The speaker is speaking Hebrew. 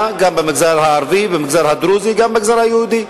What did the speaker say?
גם במגזר הערבי ובמגזר הדרוזי וגם במגזר היהודי.